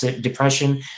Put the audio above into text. depression